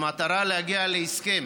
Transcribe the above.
במטרה להגיע להסכם